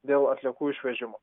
dėl atliekų išvežimo